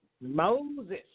Moses